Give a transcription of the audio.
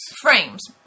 Frames